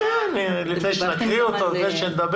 אני רוצה להבהיר.